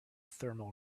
thermal